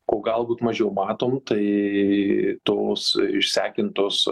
ko galbūt mažiau matom tai tos išsekintos